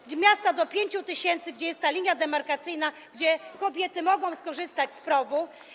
Chodzi o miasta do 5 tys., gdzie jest ta linia demarkacyjna, gdzie kobiety mogą skorzystać z PROW-u.